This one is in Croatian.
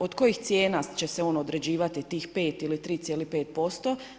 Od kojih cijena će se on određivati tih pet ili 3,5%